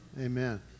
Amen